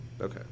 Okay